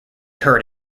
heard